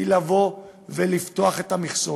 היא לפתוח את המכסות,